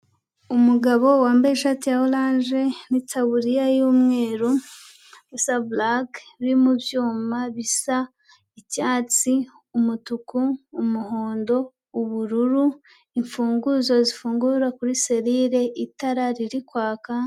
Umugabo wambaye ishati ya orange n'itaburiya y'umweru isa black biri mu byuma bisa icyatsi, umutuku, umuhondo, ubururu, imfunguzo zifungura kuri serire, itara riri kwaka.